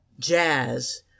Jazz